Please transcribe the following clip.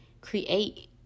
create